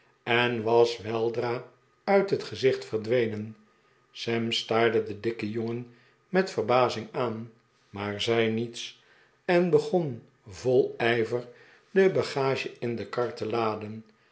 en was weldra uit het gezicht verdwenen sam staarde den dikken jongen met verbazing aan maar zei niets en begon vol ijver de bagage in de kar te laden